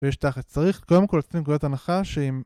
ויש את האחד שצריך, קודם כל נצא מנקודת הנחה ש...